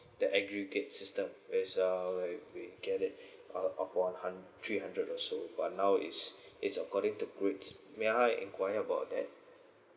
the aggregate system there's uh we get it upon hund~ three hundred or so but now it's it's according to grade may I enquire about that